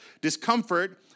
Discomfort